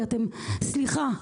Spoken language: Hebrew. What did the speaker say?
סליחה,